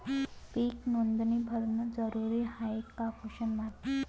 पीक नोंदनी भरनं जरूरी हाये का?